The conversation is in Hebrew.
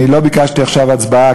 אני לא ביקשתי עכשיו הצבעה,